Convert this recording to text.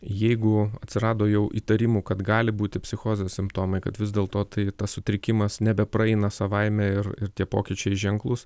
jeigu atsirado jau įtarimų kad gali būti psichozės simptomai kad vis dėl to tai tas sutrikimas nepraeina savaime ir ir tie pokyčiai ženklūs